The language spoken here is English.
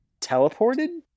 teleported